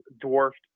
dwarfed